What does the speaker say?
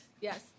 Yes